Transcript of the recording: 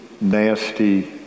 nasty